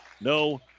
no